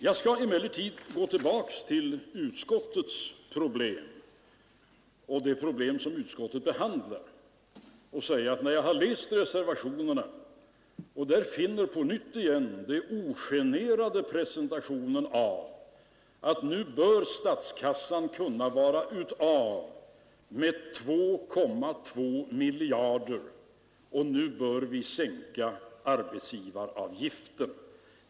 Jag skall emellertid gå tillbaka till de problem som utskottet behandlar. När jag läser reservationerna till betänkandet finner jag på nytt den ogenerade presentationen att nu bör statskassan kunna vara av med 2,2 miljarder kronor och nu bör vi sänka arbetsgivaravgiften.